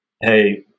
Hey